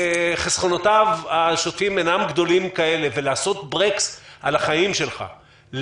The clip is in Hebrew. חסכונותיו השוטפים אינם גדולים כל כך ולעשות ברקס על החיים שלך,